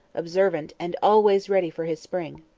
observant, and always ready for his spring.